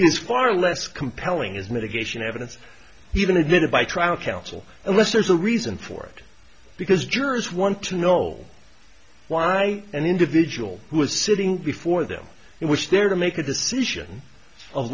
is far less compelling is mitigation evidence even admitted by trial counsel unless there's a reason for it because jurors want to know why an individual who was sitting before them and was there to make a decision of